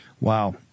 Wow